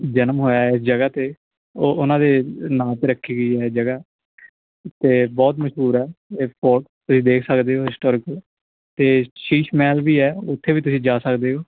ਜਨਮ ਹੋਇਆ ਇਸ ਜਗ੍ਹਾ 'ਤੇ ਉਹ ਉਹਨਾਂ ਦੇ ਨਾਮ 'ਤੇ ਰੱਖੀ ਗਈ ਹੈ ਜਗ੍ਹਾ ਅਤੇ ਬਹੁਤ ਮਸ਼ਹੂਰ ਹੈ ਇਹ ਸਪੋਟ ਤੁਸੀਂ ਦੇਖ ਸਕਦੇ ਹੋ ਹਿਸਟੋਰਿਕ ਅਤੇ ਸ਼ੀਸ਼ ਮਹਿਲ ਵੀ ਹੈ ਉੱਥੇ ਵੀ ਤੁਸੀਂ ਜਾ ਸਕਦੇ ਹੋ